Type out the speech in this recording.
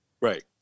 Right